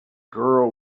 girl